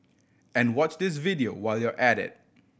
and watch this video while you're at it